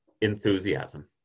enthusiasm